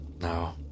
No